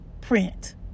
print